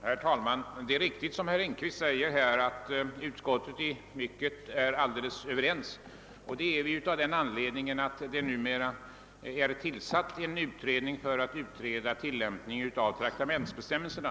Herr talman! Utskottet är, som herr Engkvist framhöll, nästan helt enigt. Anledningen därtill är att en utredning är tillsatt för att pröva traktamentsbestämmelserna.